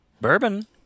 bourbon